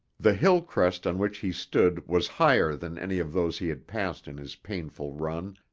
the hill-crest on which he stood was higher than any of those he had passed in his painful run,